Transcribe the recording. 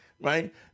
right